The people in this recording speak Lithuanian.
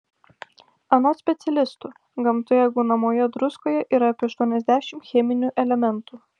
anot specialistų gamtoje gaunamoje druskoje yra apie aštuoniasdešimt cheminių elementų